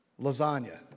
lasagna